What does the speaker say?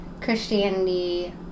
Christianity